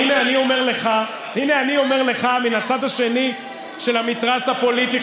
הינה, אני אומר לך מן הצד השני של המתרס הפוליטי.